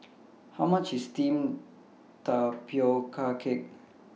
How much IS Steamed Tapioca Cake